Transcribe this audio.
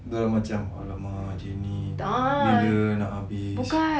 didorang macam !alamak! dia ni bila nak habis